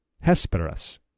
Hesperus